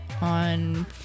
on